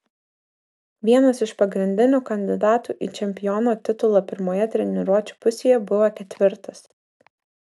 vienas iš pagrindinių kandidatų į čempiono titulą pirmoje treniruočių pusėje buvo ketvirtas